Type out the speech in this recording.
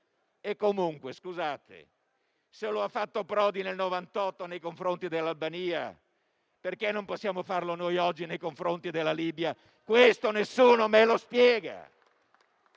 caso, scusate, se lo ha fatto Prodi nel 1998 nei confronti dell'Albania, perché non possiamo farlo noi oggi nei confronti della Libia? Questo nessuno me lo spiega.